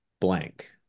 blank